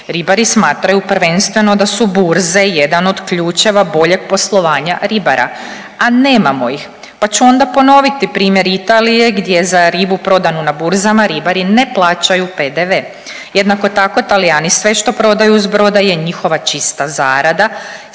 Ribari smatraju prvenstveno da su burze jedan od ključeva boljeg poslovanja ribara, a nemamo ih. Pa ću onda ponoviti primjer Italije, gdje za ribu prodanu na burzama ribari ne plaćaju PDV. Jednako tako, Talijani sve što prodaju s broda je njihova čista zarada